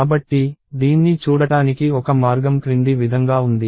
కాబట్టి దీన్ని చూడటానికి ఒక మార్గం క్రింది విధంగా ఉంది